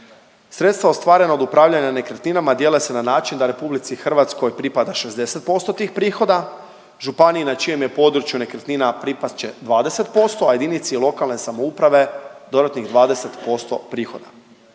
Sredstva ostvarena od upravljanja nekretninama dijele se na način da Republici Hrvatskoj pripada 60% tih prihoda, županiji na čijem je području nekretnina pripast će 20%, a jedinici lokalne samouprave dodatnih 20% prihoda.